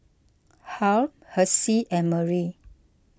Harl Hessie and Marie